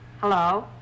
Hello